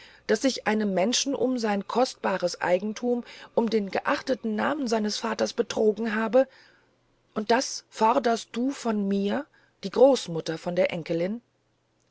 daß ich einen menschen um sein kostbares eigentum um den geachteten namen seines vaters betrogen habe und das forderst du von mir die großmutter von der enkelin